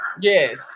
Yes